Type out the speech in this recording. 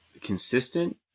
consistent